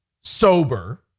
sober